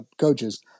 coaches